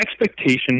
expectation